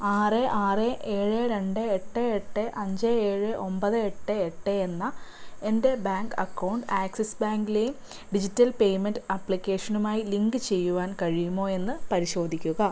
ആറ് ആറ് ഏഴ് രണ്ട് എട്ട് എട്ട് അഞ്ച് ഏഴ് ഒൻപത് എട്ട് എട്ട് എന്ന എൻ്റെ ബാങ്ക് അക്കൗണ്ട് ആക്സിസ് ബാങ്ക് ലേം ഡിജിറ്റൽ പേയ്മെൻറ്റ് ആപ്ലിക്കേഷനുമായി ലിങ്ക് ചെയ്യുവാൻ കഴിയുമോ എന്ന് പരിശോധിക്കുക